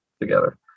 together